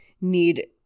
need